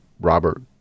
Robert